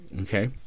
okay